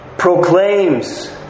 proclaims